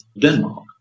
Denmark